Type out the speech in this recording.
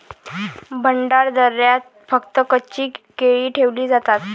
भंडारदऱ्यात फक्त कच्ची केळी ठेवली जातात